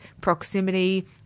proximity